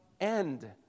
end